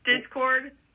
Discord